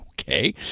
Okay